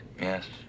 Yes